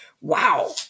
wow